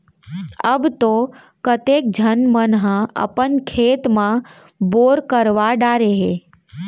अब तो कतेक झन मन ह अपन खेत म बोर करवा डारे हें